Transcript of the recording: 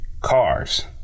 cars